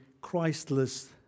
Christless